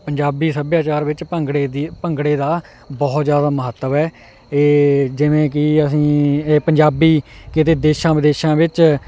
ਪੰਜਾਬੀ ਸੱਭਿਆਚਾਰ ਵਿੱਚ ਭੰਗੜੇ ਦੀ ਭੰਗੜੇ ਦਾ ਬਹੁਤ ਜ਼ਿਆਦਾ ਮਹੱਤਵ ਹੈ ਇਹ ਜਿਵੇਂ ਕਿ ਅਸੀਂ ਇਹ ਪੰਜਾਬੀ ਕਿਤੇ ਦੇਸ਼ਾਂ ਵਿਦੇਸ਼ਾਂ ਵਿੱਚ